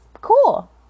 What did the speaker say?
cool